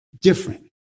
different